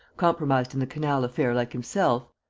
compromised in the canal affair like himself?